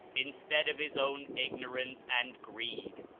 instead of his own ignorance and greed!